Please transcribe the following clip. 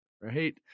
right